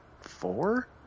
four